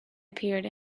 appeared